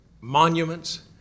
monuments